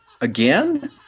Again